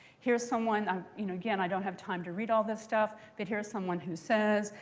here's someone um you know again, i don't have time to read all this stuff. but here's someone who says,